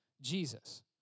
Jesus